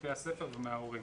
מבתי הספר ומההורים.